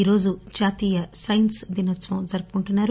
ఈరోజు జాతీయ సైన్స్ దినోత్సవం జరుపుకుంటున్నారు